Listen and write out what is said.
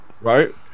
Right